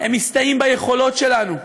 הם מסתייעים ביכולות שלנו,